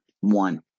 one